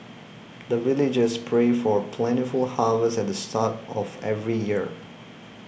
the villagers pray for plentiful harvest at the start of every year